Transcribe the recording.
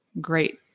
great